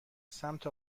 سمت